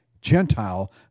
Gentile